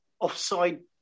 offside